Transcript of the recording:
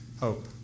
hope